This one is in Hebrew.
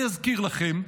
אני אזכיר לכם,